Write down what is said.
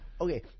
Okay